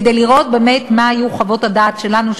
כדי לראות באמת מה היו חוות הדעת שלנו,